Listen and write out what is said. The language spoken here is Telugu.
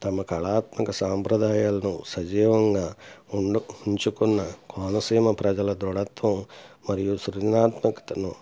తమ కళాత్మక సంప్రదాయాలను సజీవంగా ఉండ ఉంచుకున్న కోనసీమ ప్రజల దృడత్వం మరియు సృజనాత్మకతను